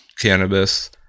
cannabis